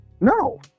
No